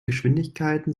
geschwindigkeiten